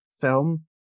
film